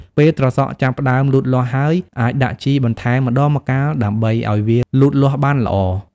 ពេលត្រសក់ចាប់ផ្តើមលូតលាស់ហើយ អាចដាក់ជីបន្ថែមម្តងម្កាលដើម្បីឲ្យវាលូតលាស់បានល្អ។